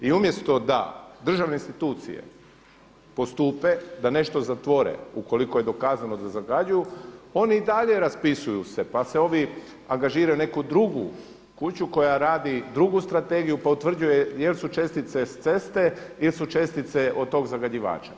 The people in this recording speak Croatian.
I umjesto da državne institucije postupe, da nešto zatvore ukoliko je dokazano da zagađuju, oni i dalje raspisuju se, pa se ovi, angažiraju neku drugu kuću koja radi drugu strategiju pa utvrđuje jel' su čestice s ceste, jesu čestice od tog zagađivača.